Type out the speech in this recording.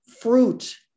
fruit